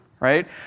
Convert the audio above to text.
right